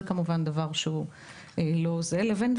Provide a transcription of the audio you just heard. לעומת זאת,